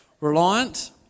Reliant